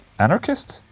anarchist?